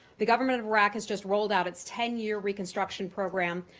the government of iraq has just rolled out its ten year reconstruction program.